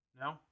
No